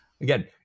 Again